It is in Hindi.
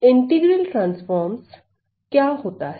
इंटीग्रल ट्रांसफॉर्म्स क्या होता है